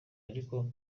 ariko